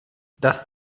das